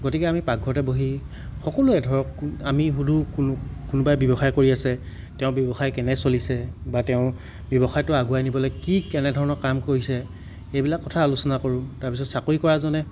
গতিকে আমি পাকঘৰতে বহি সকলোৱে ধৰক আমি সুধোঁ কোনোবাই ব্যৱসায় কৰি আছে তেওঁ ব্যৱসায় কেনে চলিছে বা তেওঁ ব্যৱসায়টো আগুৱাই নিবলৈ কি কেনেধৰণৰ কাম কৰিছে এইবিলাক কথা আলোচনা কৰোঁ তাৰ পিছত চাকৰি কৰাজনে